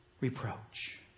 reproach